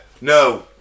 No